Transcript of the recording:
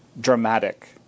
dramatic